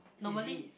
is it